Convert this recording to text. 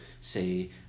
say